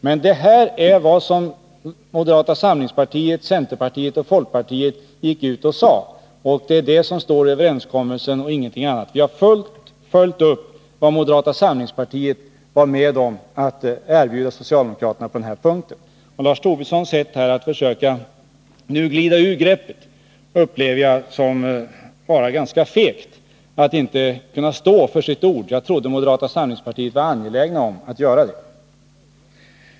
Men det jag nu läste upp är vad moderata samlingspartiet, centerpartiet och folkpartiet uttalade, och det är samma ställningstagande som står i överenskommelsen med socialdemokraterna. Vi har på den punkten således följt upp vad moderata samlingspartiet var med om att erbjuda socialdemokraterna. Lars Tobissons försök att nu glida ur greppet upplever jag som ganska fegt. Det innebär att man inte kan stå för sitt ord. Jag trodde att moderata samlingspartiet var angeläget att göra det.